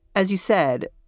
as you said,